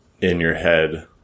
in-your-head